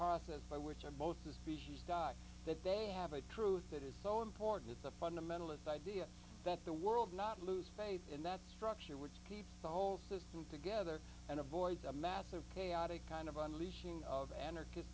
process by which are both the species die that they have a truth that is so important the fundamentalist idea that the world not lose faith in that structure which keeps the whole system together and avoids a massive chaotic kind of unleashing of anarch